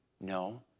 No